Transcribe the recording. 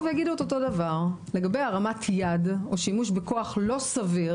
ויגידו את אותו דבר לגבי הרמת יד או שימוש בכוח לא סביר